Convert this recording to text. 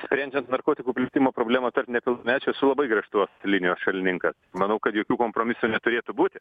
sprendžiant narkotikų plitimo problemą tarp nepilnamečių esu labai griežtos linijos šalininkas manau kad jokių kompromisų neturėtų būti